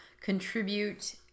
contribute